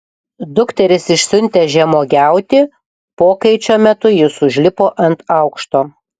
dukteris išsiuntęs žemuogiauti pokaičio metu jis užlipo ant aukšto